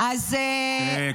אה,